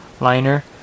liner